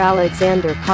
Alexander